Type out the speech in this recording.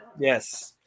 Yes